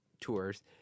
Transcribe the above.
tours